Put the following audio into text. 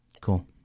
Cool